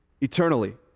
Eternally